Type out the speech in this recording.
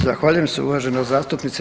Zahvaljujem se uvažena zastupnice.